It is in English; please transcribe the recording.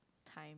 time